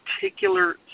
particular